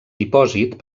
dipòsit